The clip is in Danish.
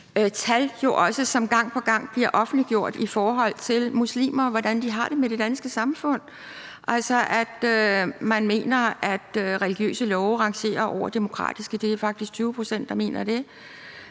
jo også gang på gang, i forhold til muslimer og hvordan de har det med det danske samfund, altså at man mener, at de religiøse love rangerer over de demokratiske. Det er faktisk 20 pct., der mener det.